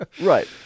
Right